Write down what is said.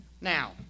Now